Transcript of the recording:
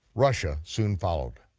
russia soon followed.